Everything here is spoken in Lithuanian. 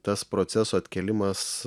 tas proceso atkėlimas